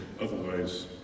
Otherwise